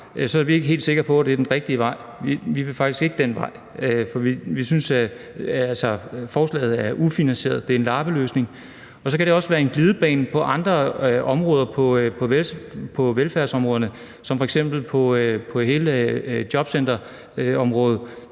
er vi ikke helt sikre på, at det er den rigtige vej. Vi vil faktisk ikke den vej, for forslaget er ufinansieret, og det er en lappeløsning. Det kan også være en glidebane i forhold til andre områder inden for velfærdsområderne. Det gælder f.eks. hele jobcenterområdet.